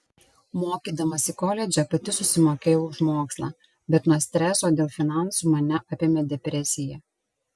mokydamasi koledže pati susimokėjau už mokslą bet nuo streso dėl finansų mane apėmė depresija